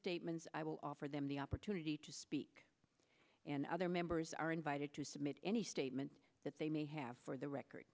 statements i will offer them the opportunity to speak and other members are invited to submit any statement that they may have for the record